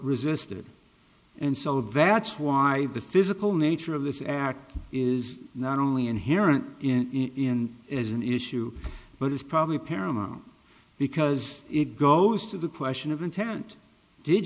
resist it and so that's why the physical nature of this act is not only inherent in as an issue but it's probably paramount because it goes to the question of intent did